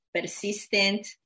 persistent